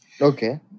Okay